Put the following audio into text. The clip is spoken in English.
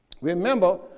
Remember